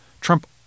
Trump